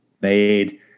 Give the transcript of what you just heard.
made